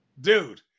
Dude